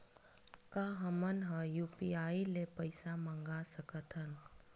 का हमन ह यू.पी.आई ले पईसा मंगा सकत हन?